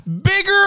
Bigger